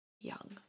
young